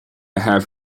have